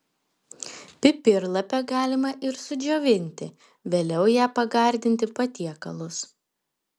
pipirlapę galima ir sudžiovinti vėliau ja pagardinti patiekalus